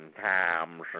times